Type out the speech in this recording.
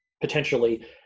potentially